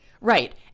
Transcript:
Right